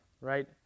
right